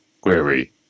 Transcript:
Query